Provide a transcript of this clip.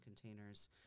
containers